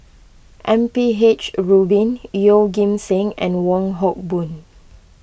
M P H Rubin Yeoh Ghim Seng and Wong Hock Boon